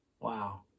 Wow